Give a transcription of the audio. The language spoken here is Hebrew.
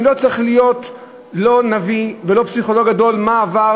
אני לא צריך להיות לא נביא ולא פסיכולוג גדול כדי לדעת מה עבר